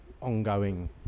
ongoing